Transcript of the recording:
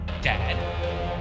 Dad